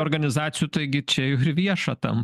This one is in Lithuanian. organizacijų taigi čia ir vieša ten